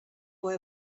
boy